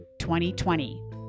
2020